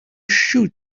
shoot